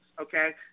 okay